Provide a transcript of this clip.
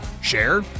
Share